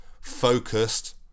focused